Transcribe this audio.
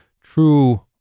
true